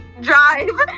drive